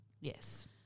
yes